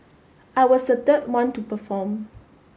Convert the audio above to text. I was the third one to perform